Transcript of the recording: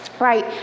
Right